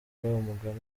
umugani